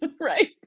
Right